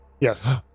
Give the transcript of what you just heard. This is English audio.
yes